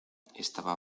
estaba